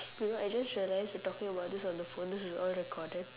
you know I just realized we're talking about this on the phone this is all recorded